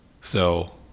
So-